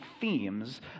themes